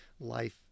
life